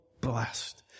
blessed